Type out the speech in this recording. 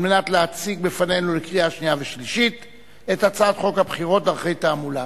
להציג בפנינו לקריאה שנייה ושלישית את הצעת חוק הבחירות (דרכי תעמולה)